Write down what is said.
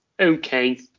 Okay